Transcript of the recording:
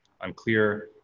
unclear